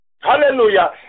hallelujah